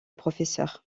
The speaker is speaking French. professeur